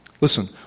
Listen